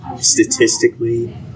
Statistically